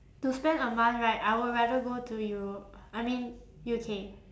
to spend a month right I will rather go to europe I mean U_K